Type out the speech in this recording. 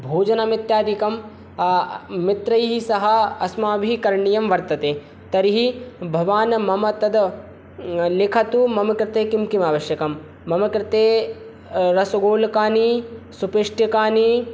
भोजनम् इत्यादिकं मित्रैः सह अस्माभिः करणीयं वर्तते तर्हि भवान् मम तद् लिखतु मम कृते किं किम् आवश्यकं मम कृते रसगोलकानि सुपेष्टिकानि